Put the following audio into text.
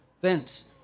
thence